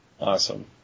awesome